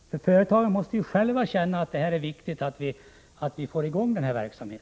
Företagarna måste ju själv känna att det är viktigt att få i gång denna verksamhet.